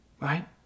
right